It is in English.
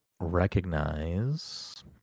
recognize